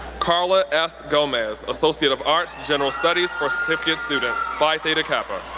karla s. gomez, associate of arts, general studies for certificate students, phi theta kappa.